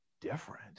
different